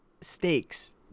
stakes